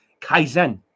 kaizen